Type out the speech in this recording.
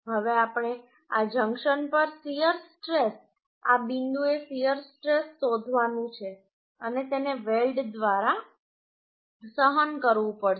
હવે આપણે આ જંકશન પર શીયર સ્ટ્રેસ આ બિંદુએ શીયર સ્ટ્રેસ શોધવાનું છે અને તેને વેલ્ડ દ્વારા સહન કરવું પડશે